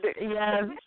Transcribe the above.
yes